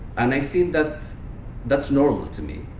and i think that that's normal to me,